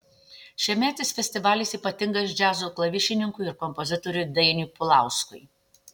šiemetis festivalis ypatingas džiazo klavišininkui ir kompozitoriui dainiui pulauskui